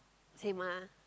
same ah